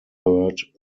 third